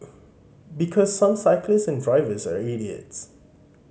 because some cyclists and drivers are idiots